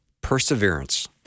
perseverance